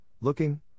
looking